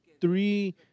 three